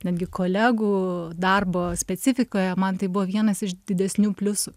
netgi kolegų darbo specifikoje man tai buvo vienas iš didesnių pliusų